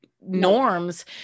norms